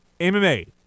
MMA